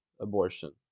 abortion